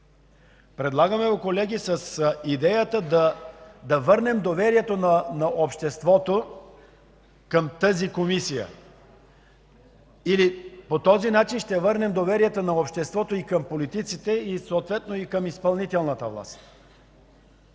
предлагаме го с идеята да върнем доверието на обществото към тази Комисия или по този начин ще върнем доверието на обществото и към политиците, съответно и към изпълнителната власт.